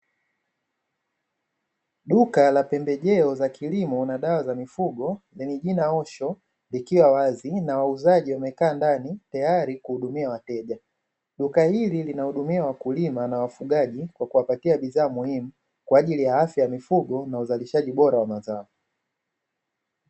Duka la pembejeo za kilimo na dawa za mifugo lenye jina "osho" likiwa wazi na wauzaji wamekaa ndani tayari kuhudumia wateja. Duka hili linahudumia wakulima na wafugaji kwa kuwapatia bidhaa muhimu, kwa ajili ya afya ya mifugo na uzalishaji bora wa mazao.